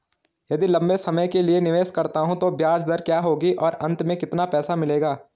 यदि लंबे समय के लिए निवेश करता हूँ तो ब्याज दर क्या होगी और अंत में कितना पैसा मिलेगा?